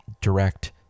direct